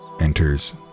Enters